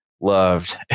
Loved